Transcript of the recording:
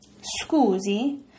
Scusi